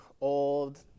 old